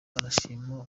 arashima